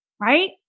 right